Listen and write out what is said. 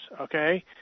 Okay